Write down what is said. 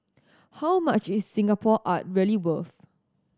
how much is Singapore art really worth